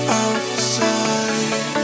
outside